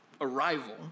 arrival